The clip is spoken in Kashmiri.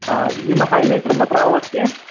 آ یِمہٕ ہاے لیٖٹر مہ ترٛاوہوس کیٚنہہ